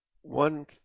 one